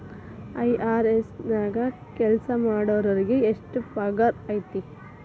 IRS ನ್ಯಾಗ್ ಕೆಲ್ಸಾಮಾಡೊರಿಗೆ ಎಷ್ಟ್ ಪಗಾರ್ ಐತಿ?